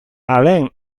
alain